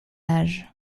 age